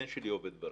הבן שלי עובד ברשות.